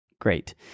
Great